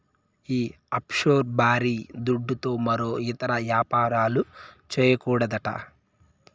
ఈ ఆఫ్షోర్ బారీ దుడ్డుతో మరో ఇతర యాపారాలు, చేయకూడదట